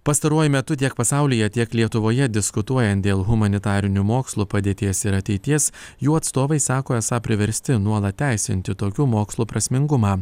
pastaruoju metu tiek pasaulyje tiek lietuvoje diskutuojant dėl humanitarinių mokslų padėties ir ateities jų atstovai sako esą priversti nuolat teisinti tokių mokslų prasmingumą